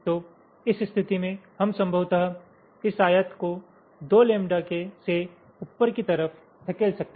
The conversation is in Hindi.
तो इस स्थिति में हम संभवतः इस आयत को 2 लैंबडा से उपर की तरफ धकेल सकते हैं